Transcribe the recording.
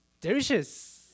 delicious